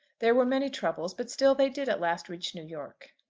there were many troubles but still they did at last reach new york.